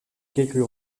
quelques